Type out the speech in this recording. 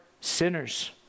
sinners